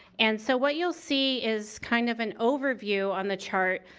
and so what you'll see is kind of an overview on the chart.